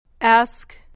Ask